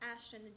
Ashton